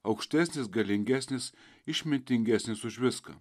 aukštesnis galingesnis išmintingesnis už viską